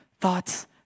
Thoughts